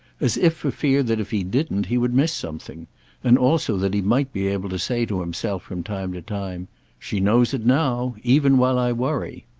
as if for fear that if he didn't he would miss something and also that he might be able to say to himself from time to time she knows it now even while i worry.